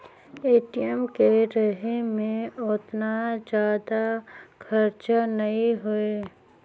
ATM के रहें मे ओतना जादा खरचा नइ होए